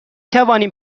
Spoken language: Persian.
توانیم